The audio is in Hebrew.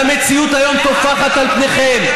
והמציאות היום טופחת על פניכם,